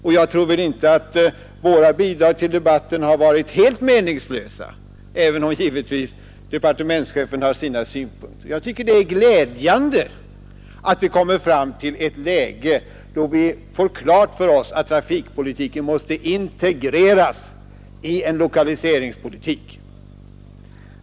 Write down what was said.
Och jag tror inte att våra bidrag till debatten varit helt meningslösa, även om departementschefen givetvis har sina synpunkter. Jag tycker att det är glädjande att vi kommer fram till ett läge där vi får klart för oss att trafikpolitiken måste integreras i en lokaliseringspolitik.